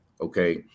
Okay